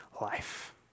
life